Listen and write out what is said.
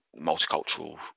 multicultural